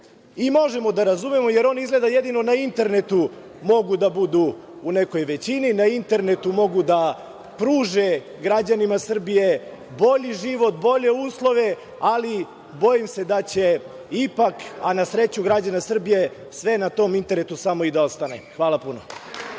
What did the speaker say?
I možemo da razumemo, jer oni izgleda jedino na internetu mogu da budu u nekoj većini, na internetu mogu da pruže građanima Srbije bolji život, bolje uslove, ali bojim se da će ipak, a na sreću građana Srbije, sve na tom internetu samo i da ostane. Hvala puno.